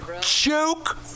Joke